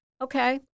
okay